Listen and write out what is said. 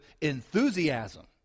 enthusiasm